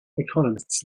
economists